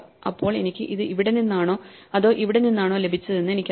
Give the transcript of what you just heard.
അപ്പോൾ എനിക്ക് ഇത് ഇവിടെ നിന്നാണോ അതോ ഇവിടെ നിന്നാണോ ലഭിച്ചതെന്ന് എനിക്കറിയില്ല